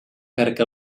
perquè